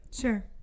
Sure